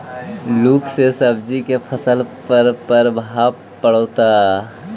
लुक से सब्जी के फसल पर का परभाव पड़तै?